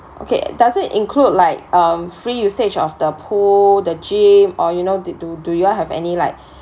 okay does it include like um free usage of the pool the gym or you know they do do you all have any like